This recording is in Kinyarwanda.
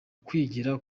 kwigira